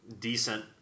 decent